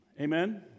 Amen